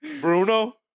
Bruno